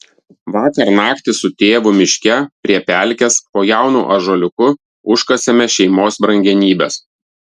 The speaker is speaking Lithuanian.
vakar naktį su tėvu miške prie pelkės po jaunu ąžuoliuku užkasėme šeimos brangenybes